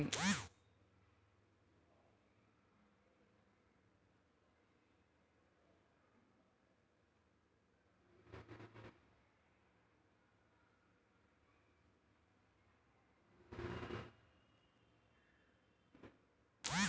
వ్యవసాయ ఉత్పత్తులను సరైన ధరకి అమ్ముకోడానికి ప్రీమియం మార్కెట్లను వెతకండి